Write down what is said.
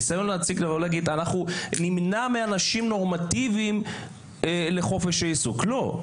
הניסיון לומר שאנחנו נמנע מאנשים נורמטיביים את חופש העיסוק לא.